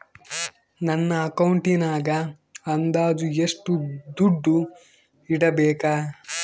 ನನ್ನ ಅಕೌಂಟಿನಾಗ ಅಂದಾಜು ಎಷ್ಟು ದುಡ್ಡು ಇಡಬೇಕಾ?